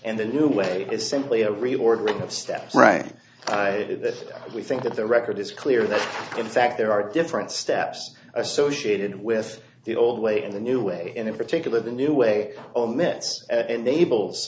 and the new way is simply a reordering of step writing that we think that the record is clear that in fact there are different steps associated with the old way and the new way and in particular the new way omits enables